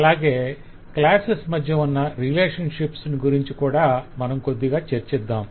అలాగే క్లాసెస్ మధ్య ఉన్న రిలేషన్షిప్స్ గురించి కూడా మనం కొద్దిగా చర్చిద్దాం